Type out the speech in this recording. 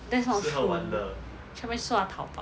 that's not true 去那边刷淘宝